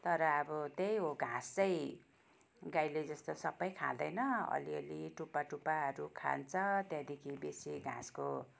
तर अब त्यही हो घाँस चाहिँ गाईले जस्तो सबै खाँदैन अलिअलि टुप्पा टुप्पाहरू खान्छ त्यहाँदेखि बेसी घाँसको